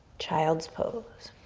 child's pose.